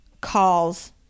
calls